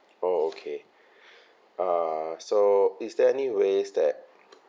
oh okay uh so is there any ways that